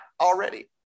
already